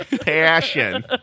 Passion